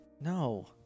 No